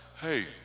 hey